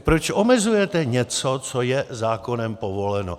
Proč omezujete něco, co je zákonem povoleno?